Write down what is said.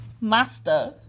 Master